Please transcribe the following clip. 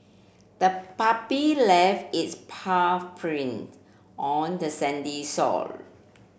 the puppy left its paw print on the sandy shore